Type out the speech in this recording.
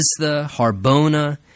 Harbona